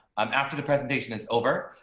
um after the presentation is over.